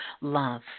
love